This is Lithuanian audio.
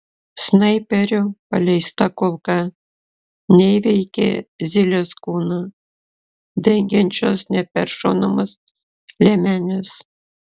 snaiperio paleista kulka neįveikia zylės kūną dengiančios neperšaunamos liemenės